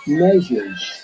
measures